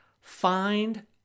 Find